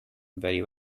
very